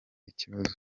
ikibazo